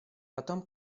потом